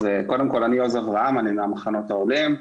אני ממחנות העולים,